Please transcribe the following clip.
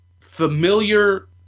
familiar